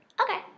Okay